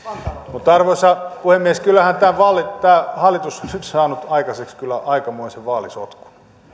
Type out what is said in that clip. mutta arvoisa puhemies kyllähän tämä hallitus on saanut aikaiseksi aikamoisen vaalisotkun